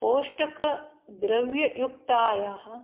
पोषकद्रव्ययुक्तायाः